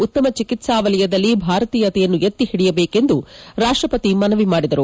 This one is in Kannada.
ಉತ್ತಮ ಚಿಕಿತ್ಸಾವಲಯದಲ್ಲಿ ಭಾರತೀಯತೆಯನ್ನು ಎತ್ತಿಹಿಡಿಯಬೇಕು ಎಂದು ರಾಷ್ಟಪತಿ ಮನವಿ ಮಾಡಿದರು